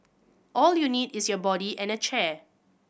all you need is your body and a chair